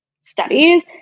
studies